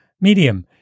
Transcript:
medium